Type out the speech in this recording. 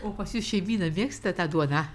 o pas jus šeimyna mėgsta tą duoną